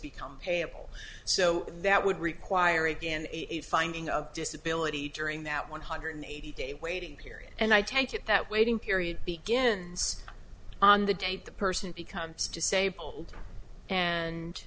become payable so that would require again a finding of disability during that one hundred eighty day waiting period and i take it that waiting period begins on the date the person becomes disabled and